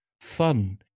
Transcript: fun